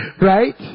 Right